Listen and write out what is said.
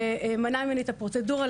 שמנע ממני את הפרוצדורה,